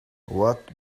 what